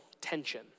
tension